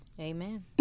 amen